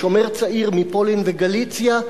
"השומר הצעיר" מפולין וגליציה,